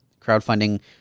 crowdfunding